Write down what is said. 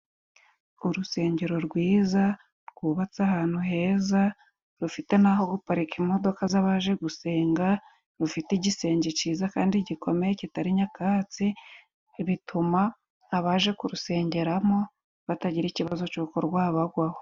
Urusengero rwiza rwubatse ahantu heza, rufite n'aho guparika imodoka z'abaje gusenga, rufite igisenge ciza kandi gikomeye kitari nyakatsi, bituma abaje kurusengeramo batagira ikibazo c'uko rwabagwaho.